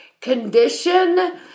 condition